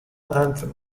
anthem